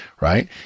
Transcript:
right